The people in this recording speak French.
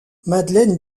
madeleine